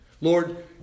lord